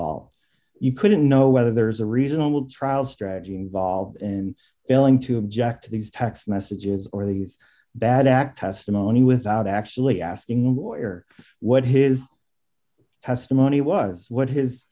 all you couldn't know whether there is a reasonable trial strategy involved in failing to object to these text messages or these bad act testimony without actually asking what his testimony was what his